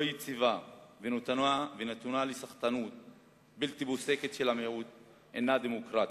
לא יציבה ונתונה לסחטנות בלתי פוסקת של המיעוט אינה דמוקרטיה,